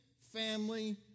family